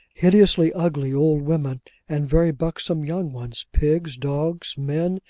hideously ugly old women and very buxom young ones, pigs, dogs, men,